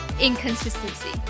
inconsistency